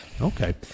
Okay